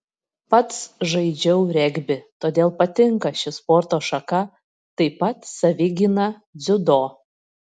pats žaidžiau regbį todėl patinka ši sporto šaka taip pat savigyna dziudo